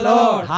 Lord